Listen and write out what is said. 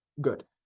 good